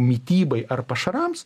mitybai ar pašarams